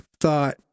thought